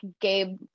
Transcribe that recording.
Gabe